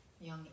young